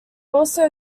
also